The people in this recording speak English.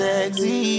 Sexy